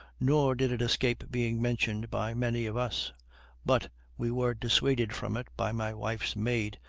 nor did it escape being mentioned by many of us but we were dissuaded from it by my wife's maid,